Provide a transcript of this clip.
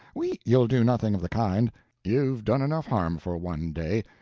we you'll do nothing of the kind you've done enough harm for one day.